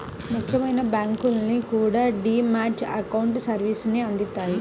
ముఖ్యమైన బ్యాంకులన్నీ కూడా డీ మ్యాట్ అకౌంట్ సర్వీసుని అందిత్తన్నాయి